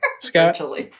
Scott